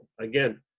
again